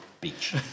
Beach